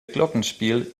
glockenspiel